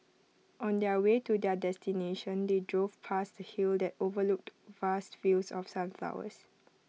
on the way to their destination they drove past A hill that overlooked vast fields of sunflowers